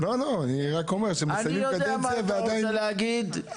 להמציא הודעה על החלטה להטיל קנס כמשמעותה בסעיף 4(א)